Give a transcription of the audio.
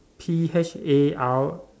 P H a R